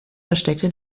versteckte